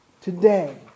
today